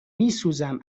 میسوزم